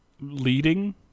leading